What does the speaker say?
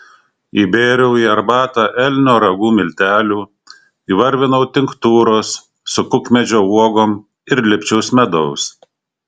įbėriau į arbatą elnio ragų miltelių įvarvinau tinktūros su kukmedžio uogom ir lipčiaus medaus